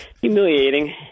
humiliating